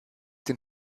den